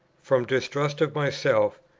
from distrust of myself,